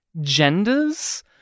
genders